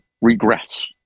regress